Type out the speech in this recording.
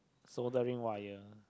soldering wire